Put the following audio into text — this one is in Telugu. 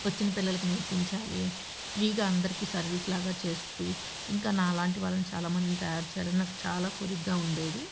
వచ్చిన పిల్లలలకు నేర్పించాలి ఫ్రీగా అందరికీ సర్వీస్లాగా చేస్తూ ఇంకా నాలాంటి వాళ్ళని చాలామందిని తయారు చేయాలి నాకు చాలా కోరికగా ఉండేది